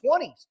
20s